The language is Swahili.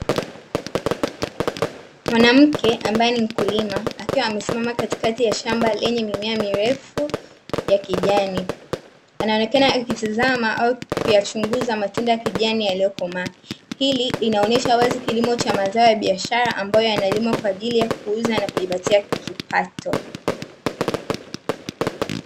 Mwanamke ambaye ni mkulima akiwa amesimama katikati ya shamba lenye mimea mirefu ya kijani, anaoneka akitazama au kuyachunguza matunda ya kijani yaliyokomaa, hili inaonyesha wazi kilimo cha mazao ya biashara ambayo yanalimwa kwa ajili ya kuuza na kujipatia kipato.